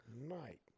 night